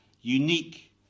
Unique